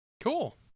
Cool